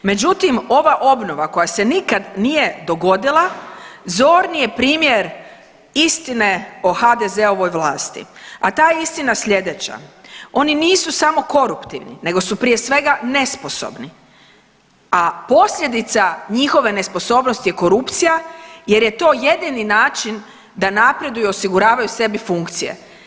Međutim, ova obnova koja se nikad nije dogodila zorni je primjer istine o HDZ-ovoj vlasti, a ta je istina sljedeća, oni nisu samo koruptivni, nego su prije svega nesposobni, a posljedica njihove nesposobnosti je korupcija jer je to jedini način da napreduju i osiguravaju sebi funkcije.